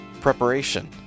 preparation